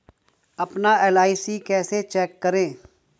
अपना एल.आई.सी कैसे चेक करें?